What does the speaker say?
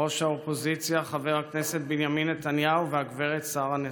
ראש האופוזיציה חבר הכנסת בנימין נתניהו וגב' שרה נתניהו,